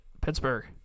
Pittsburgh